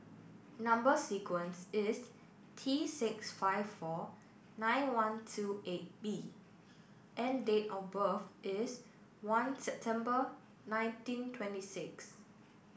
number sequence is T six five four nine one two eight B and date of birth is one September nineteen twenty six